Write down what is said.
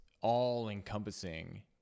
all-encompassing